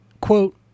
quote